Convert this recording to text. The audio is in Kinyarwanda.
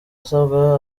asabwa